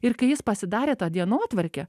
ir kai jis pasidarė tą dienotvarkę